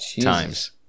times